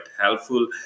helpful